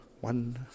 one